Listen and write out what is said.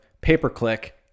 pay-per-click